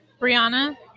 Brianna